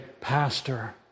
Pastor